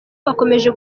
bakomeje